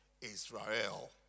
Israel